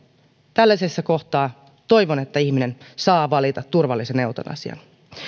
tällaisessa kohtaa toivon että ihminen saa valita turvallisen eutanasian